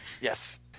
Yes